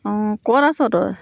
অঁ ক'ত আছ তই